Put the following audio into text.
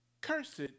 Cursed